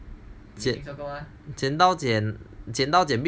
剪刀剪 beach road 那个 lah